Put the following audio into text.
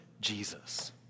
Jesus